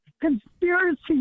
conspiracy